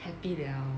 happy 了